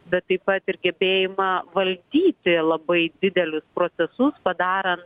bet taip pat ir gebėjimą valdyti labai didelius procesus padaran